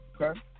Okay